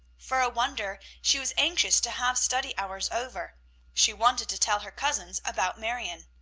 for a wonder she was anxious to have study hours over she wanted to tell her cousins about marion.